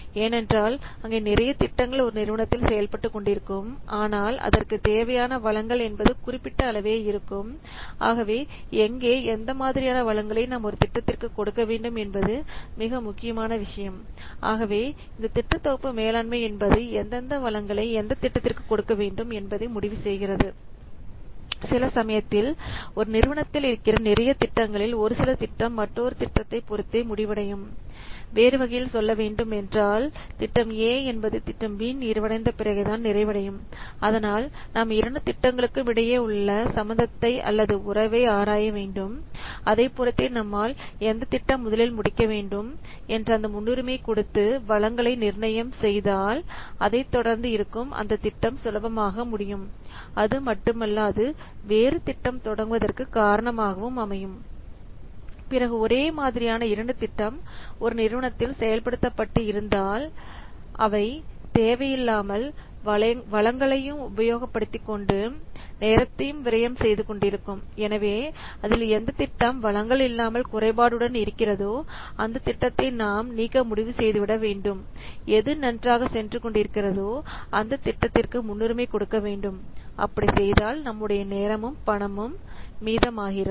ஏனென்றால் அங்கே நிறைய திட்டங்கள் ஒரு நிறுவனத்தில் செயல்பட்டுக் கொண்டிருக்கும் ஆனால் அதற்கு தேவையான வளங்கள் என்பது குறிப்பிட்ட அளவே இருக்கும் ஆகவே எங்கே எந்த மாதிரியான வளங்களை நாம் ஒரு திட்டத்திற்கு கொடுக்கவேண்டும் என்பது மிக முக்கியமான விஷயம் ஆகவே இந்தத் திட்டத் தொகுப்பு மேலாண்மை என்பது எந்தெந்த வளங்களை எந்த திட்டத்திற்கு கொடுக்க வேண்டும் என்பதை முடிவு செய்கிறது சில சமயத்தில் ஒரு நிறுவனத்தில் இருக்கிற நிறைய திட்டங்களில் ஒரு சில திட்டம் மற்றொரு திட்டத்தை பொருத்தே முடிவடையும் வேறுவகையில் சொல்ல வேண்டும் என்றால் திட்டம் ஏ என்பது திட்டம் பி நிறைவடைந்த பிறகுதான் நிறைவடையும் அதனால் நாம் இரண்டு திட்டங்களுக்கு இடையே உள்ள சம்பந்தத்தை அல்லது உறவை ஆராய வேண்டும் அதை பொருத்தே நம்மால் எந்தத் திட்டம் முதலில் முடிக்க வேண்டும் என்ற அந்த முன்னுரிமை கொடுத்து வளங்களை நிர்ணயம் செய்தால் அதைத் தொடர்ந்து இருக்கும் அடுத்த திட்டம் சுலபமாக முடியும் அதுமட்டுமல்லாது வேறு திட்டம் தொடங்குவதற்கு காரணமாகவும் அமையும் பிறகு ஒரே மாதிரியான இரண்டு திட்டம் ஒரு நிறுவனத்தில் செயல்படுத்தப்பட்டு இருந்தால் அவை தேவையில்லாமல் வளங்களையும் உபயோகப் படுத்திக் கொண்டு நேரத்தையும் விரயம் செய்து கொண்டிருக்கும் எனவே அதில் எந்த திட்டம் வளங்கள் இல்லாமல் குறைபாடுடன் இருக்கிறதோ அந்த திட்டத்தை நாம் நீக்க முடிவு செய்துவிட வேண்டும் எது நன்றாக சென்று கொண்டிருக்கிறதோ அந்த திட்டத்திற்கு முன்னுரிமை கொடுக்க வேண்டும் அப்படி செய்வதால் நம்முடைய நேரமும் பணமும் மீதம் ஆகிறது